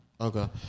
okay